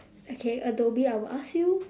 okay adobe I will ask you